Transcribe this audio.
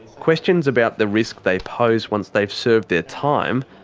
questions about the risk they pose once they've served their time,